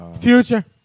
Future